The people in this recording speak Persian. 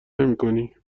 نمیکنی